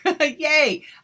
Yay